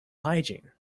hygiene